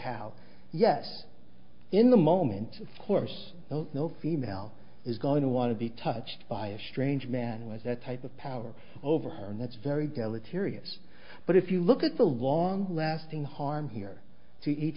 how yes in the moment of course no female is going to want to be touched by a strange man was that type of power over her and that's very deleterious but if you look at the long lasting harm here to each